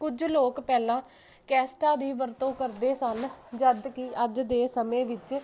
ਕੁਝ ਲੋਕ ਪਹਿਲਾਂ ਕੈਸਟਾਂ ਦੀ ਵਰਤੋਂ ਕਰਦੇ ਸਨ ਜਦ ਕਿ ਅੱਜ ਦੇ ਸਮੇਂ ਵਿੱਚ